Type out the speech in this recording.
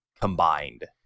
combined